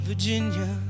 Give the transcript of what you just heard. Virginia